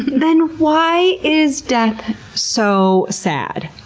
then why is death so sad?